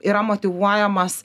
yra motyvuojamas